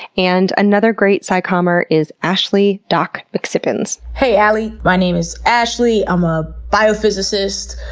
and another great sci-commer is ashely, doc mcsippins. hey alie! my name is ashley, i'm a biophysicist,